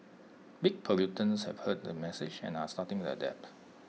big polluters have heard the message and are starting to adapt